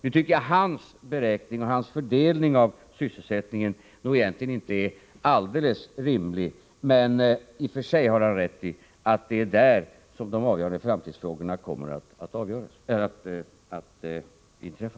Nu tycker jag att hans beräkning och fördelning av sysselsättningen egentligen inte är alldeles rimlig, men i och för sig har han rätt i att det är detta som de avgörande framtidsfrågorna kommer att gälla.